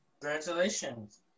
Congratulations